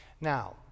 now